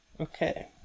Okay